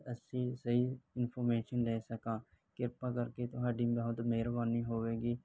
ਸਹੀ ਇੰਨਫ਼ੋਰਮਿਸ਼ਨ ਦੇ ਸਕਾ ਕਿਰਪਾ ਕਰਕੇ ਤੁਹਾਡੀ ਬਹੁਤ ਮਿਹਰਵਾਨੀ ਹੋਵੇਗੀ